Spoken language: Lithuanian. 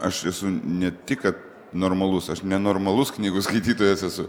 aš esu ne tik kad normalus aš nenormalus knygų skaitytojas esu